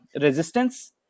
resistance